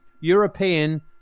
European